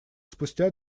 спустя